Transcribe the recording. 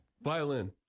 violin